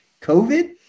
COVID